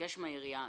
ולבקש מן העירייה,